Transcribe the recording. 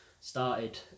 started